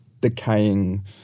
decaying